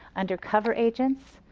undercover agents.